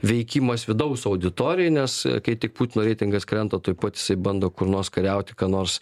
veikimas vidaus auditorijai nes kai tik putino reitingas krenta tuoj pat jisai bando kur nors kariauti ką nors